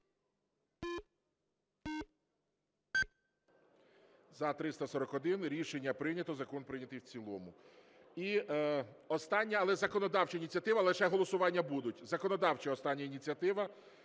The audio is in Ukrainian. За-341 Рішення прийнято. Закон прийнятий в цілому. І остання, але законодавча ініціатива, але ще голосування будуть, законодавча остання ініціатива